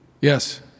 Yes